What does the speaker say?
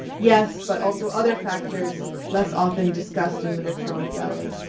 yes but also other factors less often discussed in literature on the ballet.